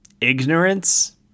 ignorance